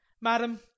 madam